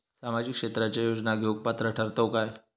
सामाजिक क्षेत्राच्या योजना घेवुक पात्र ठरतव काय?